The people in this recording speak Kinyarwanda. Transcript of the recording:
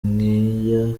nkeya